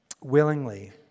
willingly